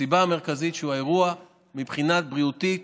הסיבה המרכזית היא שמבחינה בריאותית